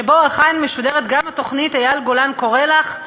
שבו אכן משודרת גם התוכנית "אייל גולן קורא לך",